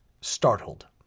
startled